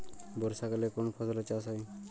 বর্ষাকালে কোন ফসলের চাষ হয়?